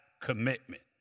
commitment